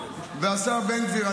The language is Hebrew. השר בן גביר,